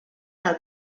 del